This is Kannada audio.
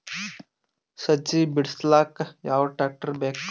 ಸಜ್ಜಿ ಬಿಡಿಸಿಲಕ ಯಾವ ಟ್ರಾಕ್ಟರ್ ಬೇಕ?